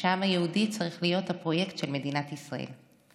כשהעם היהודי צריך להיות הפרויקט של מדינת ישראל.